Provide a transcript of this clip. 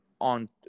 on